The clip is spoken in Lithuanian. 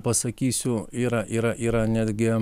pasakysiu yra yra yra netgi